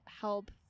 help